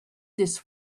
this